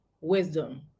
wisdom